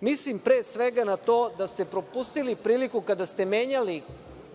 Mislim pre svega na to da ste propustili priliku kada ste menjali